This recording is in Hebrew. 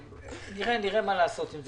נראה מה לעשות עם זה.